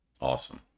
awesome